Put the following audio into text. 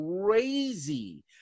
crazy